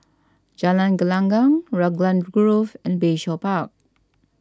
Jalan Gelenggang Raglan Grove and Bayshore Park